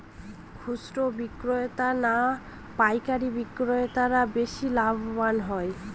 খুচরো বিক্রেতা না পাইকারী বিক্রেতারা বেশি লাভবান হয়?